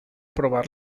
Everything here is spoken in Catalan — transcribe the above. provar